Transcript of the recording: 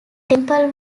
temple